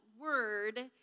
word